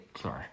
Sorry